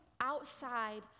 outside